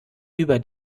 über